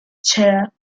chair